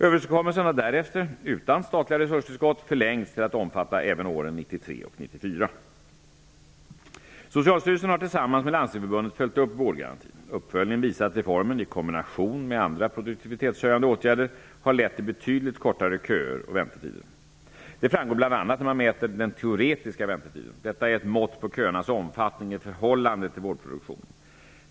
Överenskommelsen har därefter, utan statliga resurstillskott, förlängts till att omfatta även åren 1993 och 1994. Socialstyrelsen har, tillsammans med Uppföljningen visar att reformen, i kombination med andra produktivitetshöjande åtgärder, har lett till betydligt kortare köer och väntetider. Det framgår bl.a. när man mäter den teoretiska väntetiden. Detta är ett mått på köernas omfattning i förhållande till vårdproduktionen.